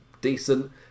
decent